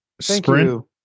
sprint